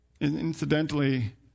Incidentally